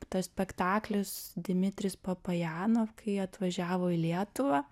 tas spektaklis dimitris papajanov kai atvažiavo į lietuvą